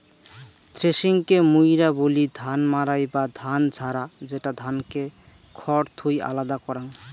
থ্রেশিংকে মুইরা বলি ধান মাড়াই বা ধান ঝাড়া, যেটা ধানকে খড় থুই আলাদা করাং